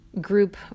group